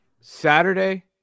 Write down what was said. Saturday